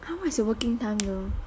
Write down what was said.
!huh! what is your working time though